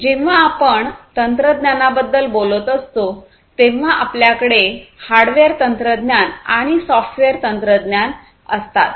जेव्हा आपण तंत्रज्ञानाबद्दल बोलत असतो तेव्हा आपल्याकडे हार्डवेअर तंत्रज्ञान आणि सॉफ्टवेअर तंत्रज्ञान असतात